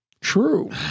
True